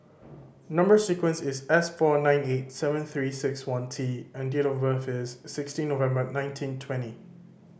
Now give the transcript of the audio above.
number sequence is S four nine eight seven Three Six One T and date of birth is sixteen November nineteen twenty